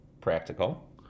practical